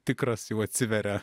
tikras jau atsiveria